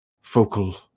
focal